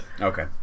Okay